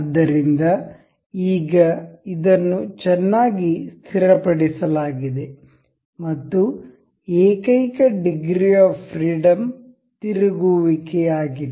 ಆದ್ದರಿಂದ ಈಗ ಇದನ್ನು ಚೆನ್ನಾಗಿ ಸ್ಥಿರಪಡಿಸಲಾಗಿದೆ ಮತ್ತು ಏಕೈಕ ಡಿಗ್ರಿ ಆಫ್ ಫ್ರೀಡಂ ತಿರುಗುವಿಕೆಯಾಗಿದೆ